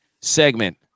segment